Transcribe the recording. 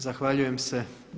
Zahvaljujem se.